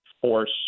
force